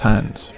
Hands